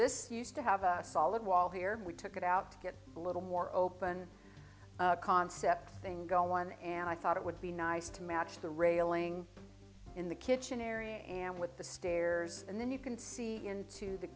this used to have a solid wall here we took it out to get a little more open concept thing going on and i thought it would be nice to match the railing in the kitchen area and with the stairs and then you can see into the